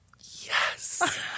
yes